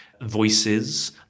voices